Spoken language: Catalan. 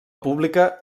pública